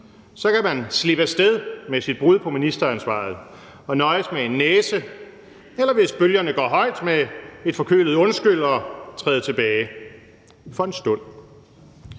Så kan man slippe af sted med sit brud på ministeransvarlighedsloven og nøjes med en næse eller, hvis bølgerne går højt, med et forkølet »undskyld« og træde tilbage for en stund.